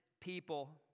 people